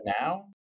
now